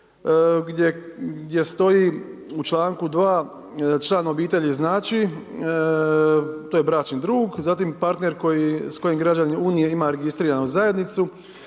gdje stoji u članku 2. član obitelji znači to je bračni drug, zatim partner s kojim građanin Unije ima registriranu zajednicu